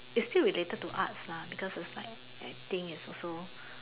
it's still related to arts lah because it's like acting is also